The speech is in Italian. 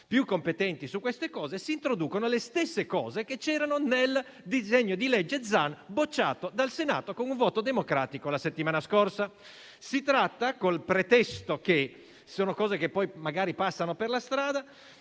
più competenti su questi argomenti, si introducono le stesse cose che c'erano nel disegno di legge Zan, bocciato dal Senato con un voto democratico la settimana scorsa. Si tratta, con il pretesto che sono cose che poi magari passano per la strada,